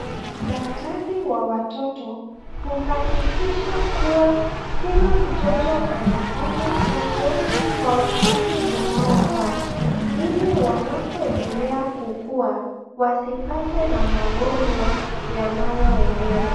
Daktari wa watoto huakikisha kuwa kila mtoto anapata chanjo kwa wakati unaofaa ili wanapoendelea kukuwa wasipatwe na magonjwa yanayoenea.